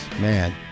man